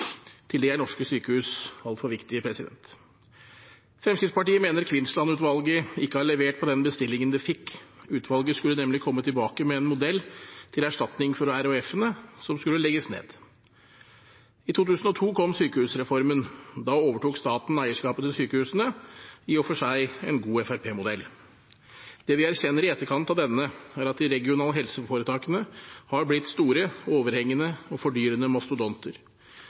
Til det er norske sykehus altfor viktige. Fremskrittspartiet mener Kvinnsland-utvalget ikke har levert på den bestillingen det fikk. Utvalget skulle nemlig komme tilbake med en modell til erstatning for RHF-ene, som skulle legges ned. I 2002 kom sykehusreformen. Da overtok staten eierskapet til sykehusene – i og for seg en god Fremskrittsparti-modell. Det vi erkjenner i etterkant av denne, er at de regionale helseforetakene er blitt store, overhengende og fordyrende mastodonter.